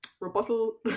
Rebuttal